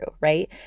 right